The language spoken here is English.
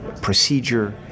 procedure